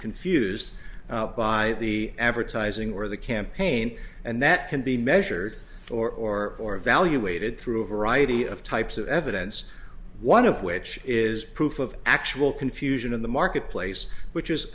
confused by the advertising or the campaign and that can be measured or or evaluated through a variety of types of evidence one of which is proof of actual confusion in the marketplace which is